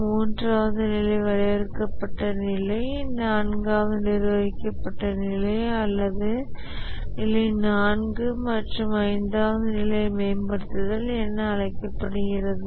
மூன்றாவது நிலை வரையறுக்கப்பட்ட நிலை நான்காவது நிர்வகிக்கப்பட்ட நிலை அல்லது நிலை 4 மற்றும் ஐந்தாவது நிலை மேம்படுத்தல் என அழைக்கப்படுகிறது